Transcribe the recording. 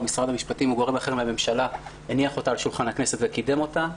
משרד המשפטים או גורם אחר מהממשלה הניח אותה על שולחן הכנסת וקידם אותה,